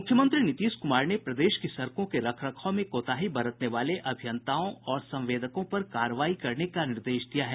मुख्यमंत्री नीतीश कुमार ने प्रदेश की सड़कों के रखरखाव में कोताही बरतने वाले अभियंताओ और संवेदकों पर कार्रवाई करने का निर्देश दिया है